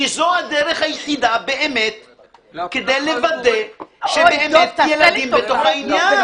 כי זו הדרך היחידה כדי לוודא שבאמת ילדים בתוך העניין.